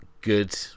good